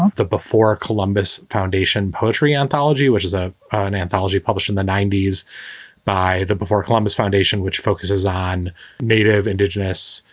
the before columbus foundation poetry anthology, which is ah an anthology published in the nineties by the before columbus foundation, which focuses on native, indigenous,